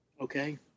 okay